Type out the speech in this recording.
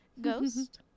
Ghost